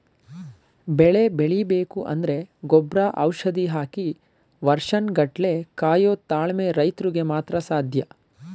ಬೆಳೆ ಬೆಳಿಬೇಕು ಅಂದ್ರೆ ಗೊಬ್ರ ಔಷಧಿ ಹಾಕಿ ವರ್ಷನ್ ಗಟ್ಲೆ ಕಾಯೋ ತಾಳ್ಮೆ ರೈತ್ರುಗ್ ಮಾತ್ರ ಸಾಧ್ಯ